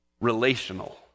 relational